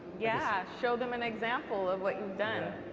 yeah, show them an example of what you've done.